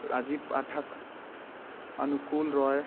Rajiv Pathak Anukul Roy